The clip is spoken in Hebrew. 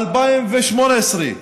2018,